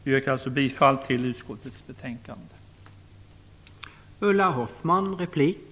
Jag yrkar alltså bifall till hemställan i utskottets betänkande.